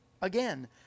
again